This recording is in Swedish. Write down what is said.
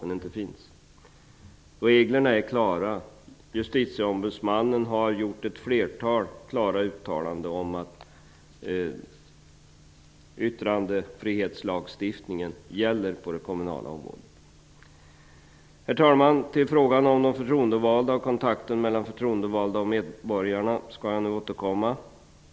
Reglerna är klara. Justitieombudsmannen har gjort ett flertal klara uttalanden om att yttrandefrihetslagstiftningen gäller på det kommunala området. Herr talman! Jag återkommer till frågan om de förtroendevalda och kontakten mellan de förtroendevalda och medborgarna.